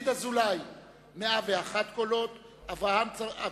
117, קולות פסולים, אין.